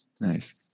nice